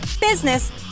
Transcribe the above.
business